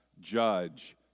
judge